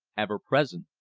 ever-present.